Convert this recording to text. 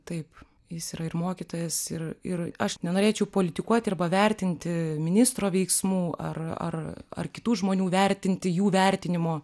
taip jis yra ir mokytojas ir ir aš nenorėčiau politikuoti arba vertinti ministro veiksmų ar ar ar kitų žmonių vertinti jų vertinimo